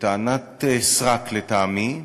בטענת סרק, לטעמי,